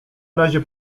razie